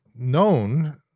Known